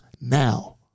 now